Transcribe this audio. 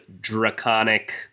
draconic